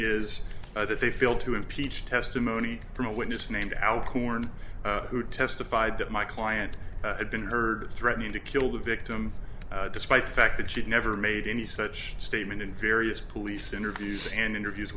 is that they failed to impeach testimony from a witness named al corn who testified that my client had been heard threatening to kill the victim despite the fact that she never made any such statement in various police interviews and interviews